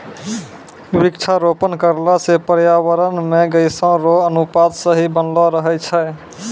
वृक्षारोपण करला से पर्यावरण मे गैसो रो अनुपात सही बनलो रहै छै